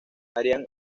harían